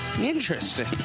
Interesting